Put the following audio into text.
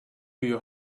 your